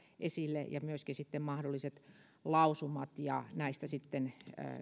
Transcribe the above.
esille ja myöskin sitten mahdolliset lausumat ja näistä sitten